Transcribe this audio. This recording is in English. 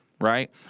right